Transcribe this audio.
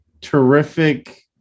terrific